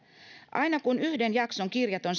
aina kun yhden jakson kirjat on